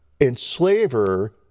enslaver